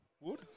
Wood